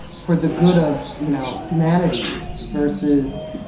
for the good of, you know, humanities versus